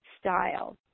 style